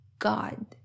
God